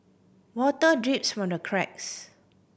water drips from the cracks